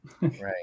Right